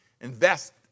Invest